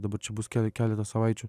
dabar čia bus kel keletą savaičių